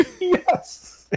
Yes